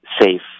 safe